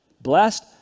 Blessed